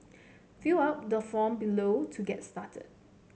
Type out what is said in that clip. fill out the form below to get started